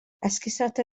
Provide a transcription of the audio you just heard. esgusoda